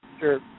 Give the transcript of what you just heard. Sure